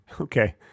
okay